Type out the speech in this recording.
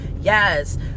yes